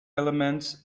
elements